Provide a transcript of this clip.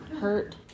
hurt